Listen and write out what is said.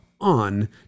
on